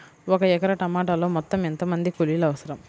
ఒక ఎకరా టమాటలో మొత్తం ఎంత మంది కూలీలు అవసరం?